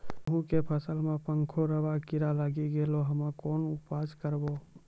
गेहूँ के फसल मे पंखोरवा कीड़ा लागी गैलै हम्मे कोन उपाय करबै?